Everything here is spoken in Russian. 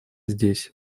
здесь